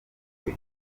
rwe